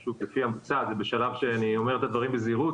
זה שלב שאני אומר את הדברים בזהירות,